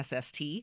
SST